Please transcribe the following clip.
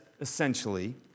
essentially